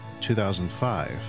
2005